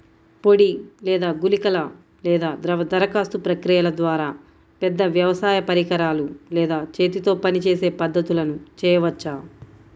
పొడి లేదా గుళికల లేదా ద్రవ దరఖాస్తు ప్రక్రియల ద్వారా, పెద్ద వ్యవసాయ పరికరాలు లేదా చేతితో పనిచేసే పద్ధతులను చేయవచ్చా?